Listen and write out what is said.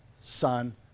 son